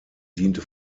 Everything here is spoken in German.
diente